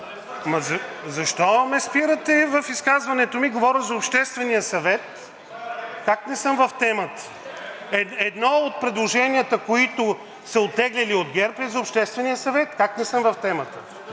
Защо ме спирате в изказването ми? Говоря за Обществения съвет. Как не съм в темата? Едно от предложенията, които са оттеглили от ГЕРБ, е за Обществения съвет. Как не съм в темата?!